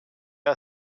are